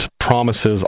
promises